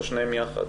או שניהם יחד.